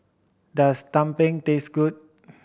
does tumpeng taste good